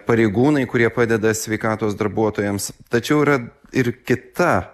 pareigūnai kurie padeda sveikatos darbuotojams tačiau yra ir kita